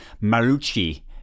Marucci